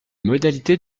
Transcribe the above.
modalités